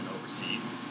overseas